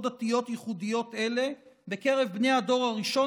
דתיות ייחודיות אלה בקרב בני הדור הראשון,